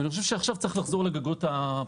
ואני חושב שעכשיו צריך לחזור לגגות הפרטיים,